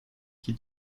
qui